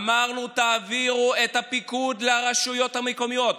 אמרנו: תעבירו את הפיקוד לרשויות המקומיות,